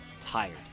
tired